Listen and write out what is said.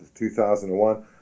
2001